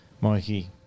Mikey